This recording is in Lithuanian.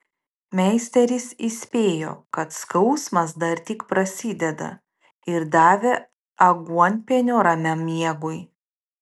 meisteris įspėjo kad skausmas dar tik prasideda ir davė aguonpienio ramiam miegui